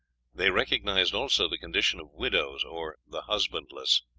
they recognized also the condition of widows, or the husbandless.